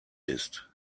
ist